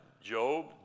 Job